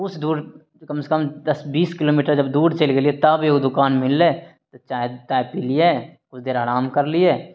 किछु दूर कमसँ कम दस बीस किलोमीटर जब दूर चलि गेलियै तब एगो दोकान मिललै चाय ताय पिलियै किछु देर आराम करलियै